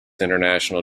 international